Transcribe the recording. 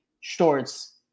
shorts